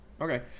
Okay